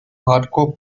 hardcore